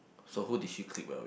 so who did she clique well with